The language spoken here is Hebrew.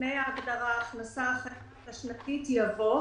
לפני ההגדרה "ההכנסה החייבת השנתית" יבוא: